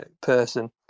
person